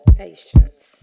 patience